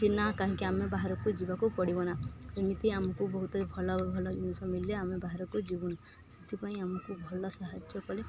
କି ନା କାହିଁକି ଆମେ ବାହାରକୁ ଯିବାକୁ ପଡ଼ିବୁନା ଏମିତି ଆମକୁ ବହୁତ ଭଲ ଭଲ ଜିନିଷ ମିଳେ ଆମେ ବାହାରକୁ ଯିବୁନୁ ସେଥିପାଇଁ ଆମକୁ ଭଲ ସାହାଯ୍ୟ